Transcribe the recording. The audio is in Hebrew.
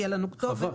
שתהיה לנו כתובת,